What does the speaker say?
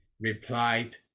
replied